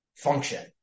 Function